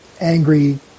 angry